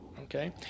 okay